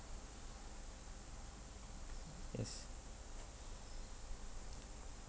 yes